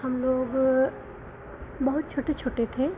हम लोग बहुत छोटे छोटे थे